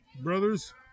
brothers